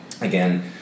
Again